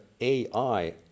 AI